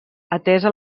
atesa